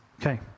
Okay